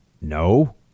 No